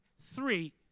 Three